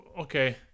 Okay